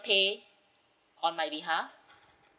pay on my behalf